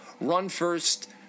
run-first